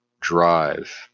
drive